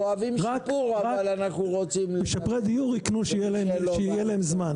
אוהבים שיפור אבל אנחנו רוצים --- משפרי דיור יקנו כשיהיה להם זמן.